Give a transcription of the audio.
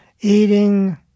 Eating